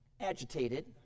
agitated